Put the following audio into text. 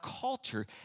culture